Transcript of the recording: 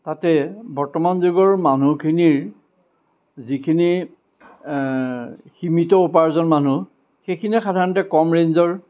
তাতে বৰ্তমান যুগৰ মানুহখিনিৰ যিখিনিৰ সীমিত উপাৰ্জন মানুহ সেইখিনিয়ে সাধাৰণতে কম ৰেঞ্জৰ